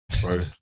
bro